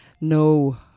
No